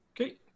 Okay